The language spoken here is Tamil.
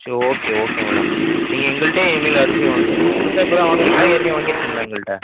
சரி ஓகே ஓகே மேடம் நீங்கள் எங்கள்கிட்டே இனிமேல் அரிசி வாங்குங்க மேடம் புதுசாக இப்போ தான் வாங்குகிறீங்களா ஏற்கனவே வாங்கிருக்கீங்களா எங்கள்கிட்ட